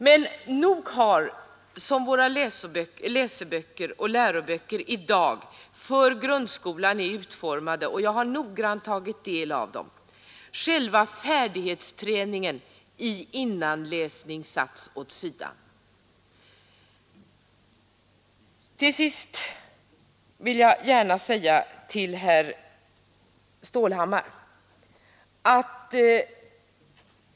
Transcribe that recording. Men nog har, som våra läseböcker och läroböcker för grundskolan i dag är utformade — och jag har noggrant tagit del av dem =—, själva färdighetsträningen i innanläsning satts åt sidan. Till sist vill jag gärna säga följande till herr Stålhammar.